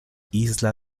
isla